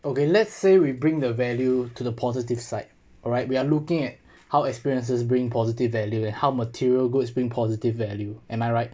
okay let's say we bring the value to the positive side alright we are looking at how experiences bringing positive value and how material goods being positive value am I right